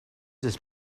this